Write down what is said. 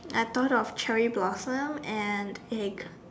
I thought of cherry blossom and eggs